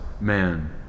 man